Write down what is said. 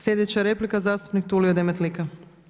Sljedeća replika zastupnik Tulio Demetlika.